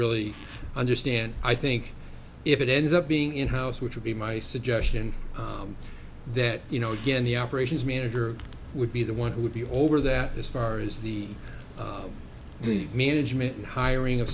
really understand i think if it ends up being in house which would be my suggestion that you know again the operations manager would be the one who would be over that as far as the the management and hiring of